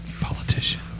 Politician